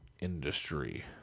industry